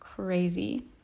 crazy